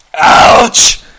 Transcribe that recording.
ouch